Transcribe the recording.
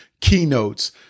keynotes